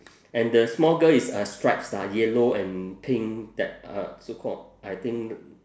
and the small girl is uh stripes lah yellow and pink that uh so called I think